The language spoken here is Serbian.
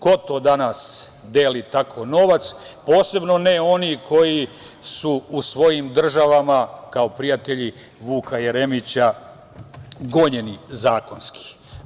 Ko to danas deli tako novac, posebno ne oni koji su u svojim državama, kao prijatelji Vuka Jeremića, gonjeni zakonski.